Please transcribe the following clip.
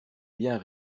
bien